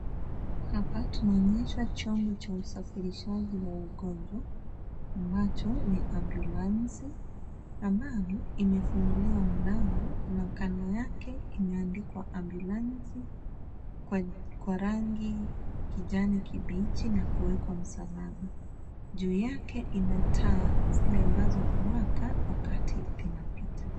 Hapa tunaonyeshwa chombo cha usafirishaji la wagonjwa ambacho ni ambulansi, ambalo imefunguliwa mlango na kando yake imeandikwa, Ambulansi, kwa rangi ya kijani kibichi na kuwekwa msalaba. Juu yake ina taa, zile ambazo huwaka wakati inapita.